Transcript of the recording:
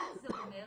מה שזה אומר,